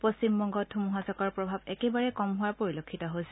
পশ্চিমবঙ্গত ধুমুহাজাকৰ প্ৰভাৱ একেবাৰে কম হোৱা পৰিলক্ষিত হৈছে